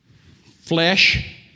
Flesh